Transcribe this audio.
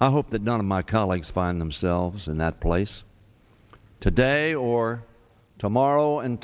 i hope that none of my colleagues find themselves in that place today or tomorrow and